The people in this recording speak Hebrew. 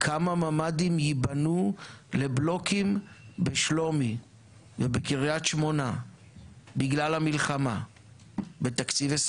כמה ממ"דים ייבנו לבלוקים בשלומי ובקרית שמונה בגלל המלחמה בתקציב 2024?